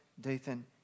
Dathan